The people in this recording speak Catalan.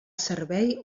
servei